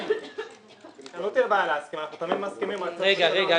אנחנו תמיד מסכימים --- רגע.